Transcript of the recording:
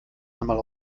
einmal